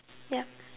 yup